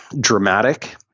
dramatic